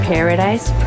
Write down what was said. Paradise